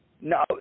No